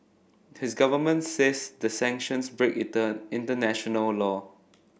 his government says the sanctions break eater international law